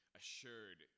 assured